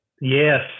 Yes